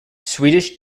swedish